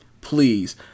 Please